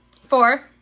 Four